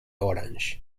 orange